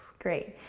great.